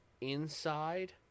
inside